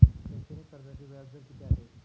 शैक्षणिक कर्जासाठी व्याज दर किती आहे?